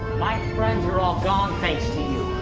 my friends are all gone thanks to you.